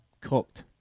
cooked